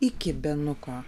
iki benuko